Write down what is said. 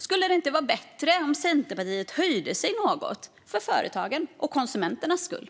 Skulle det inte vara bättre om Centerpartiet höjde sig något för företagens och konsumenternas skull?